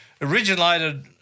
originated